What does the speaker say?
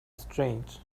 strange